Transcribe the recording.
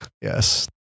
Yes